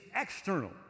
external